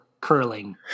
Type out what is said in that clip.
curling